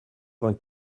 vingt